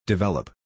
Develop